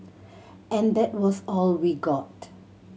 and that was all we got